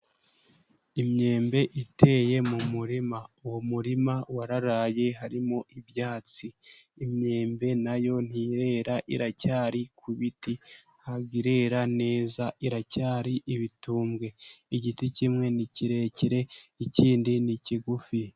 Imyembe iteye mu murima. Uwo murima wararaye harimo ibyatsi. Imyembe nayo ntirera iracyari ku biti. ntabwo irera neza, iracyari ibitumbwe. Igiti kimwe ni kirekire, ikindi ni kigufi.